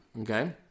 Okay